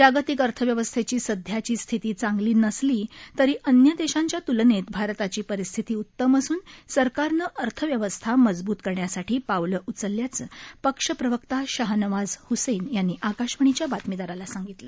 जागतिक अर्थव्यवस्थेची सध्याची स्थिती चांगली नसली तरी अन्य देशांच्या तुलनेत भारताची परिस्थिती उतम असून सरकारनं अर्थव्यवस्था मजबूत करण्यासाठी पावलं उचलल्याचं पक्ष प्रवक्ता शाहनवाज हसेन यांनी आकाशवाणीच्या बातमीदाराला सांगितलं